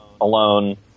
alone